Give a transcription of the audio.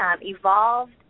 evolved